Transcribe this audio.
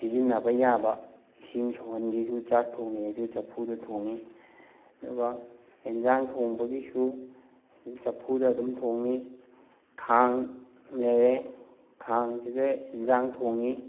ꯁꯤꯖꯤꯟꯅꯕ ꯌꯥꯕ ꯏꯁꯤꯡ ꯁꯧꯍꯟꯒꯦꯁꯨ ꯆꯥꯛ ꯊꯣꯡꯒꯦꯁꯨ ꯆꯐꯨꯗ ꯊꯣꯡꯉꯤ ꯑꯗꯨꯒ ꯑꯦꯟꯖꯥꯡ ꯊꯣꯡꯕꯒꯤꯁꯨ ꯆꯐꯨꯗ ꯑꯗꯨꯝ ꯊꯣꯡꯉꯤ ꯈꯥꯡ ꯂꯩꯔꯦ ꯈꯥꯡꯁꯤꯗ ꯏꯟꯖꯥꯡ ꯊꯣꯡꯉꯤ